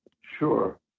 Sure